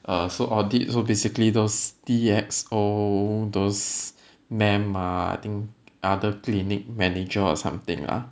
err so audit so basically those D_X_O those madam ah I think other clinic manager or something lah